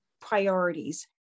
priorities